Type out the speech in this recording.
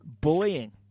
Bullying